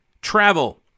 travel